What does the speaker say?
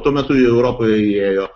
tuo metu jie europoje įėjo